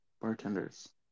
bartenders